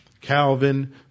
Calvin